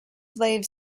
slave